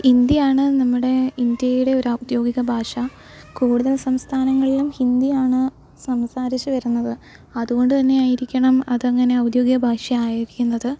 ഹിന്ദിയാണ് നമ്മുടെ ഇന്ത്യയുടെ ഒരു ഔദ്യോഗിക ഭാഷ കൂടുതല് സംസ്ഥാനങ്ങളിലും ഹിന്ദിയാണ് സംസാരിച്ച് വരുന്നത് അതുകൊണ്ട് തന്നെയായിരിക്കണം അതങ്ങനെ ഔദ്യോഗിക ഭാഷ ആയിരിക്കുന്നത്